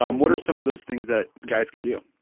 um what are some of those things that guys can do?